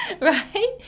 right